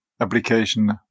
application